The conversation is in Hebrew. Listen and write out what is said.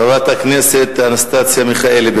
חברת הכנסת אנסטסיה מיכאלי,